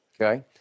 Okay